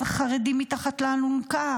צריך את החרדים מתחת לאלונקה,